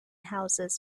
houses